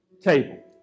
table